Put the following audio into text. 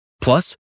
Plus